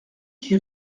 qui